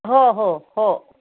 हो हो हो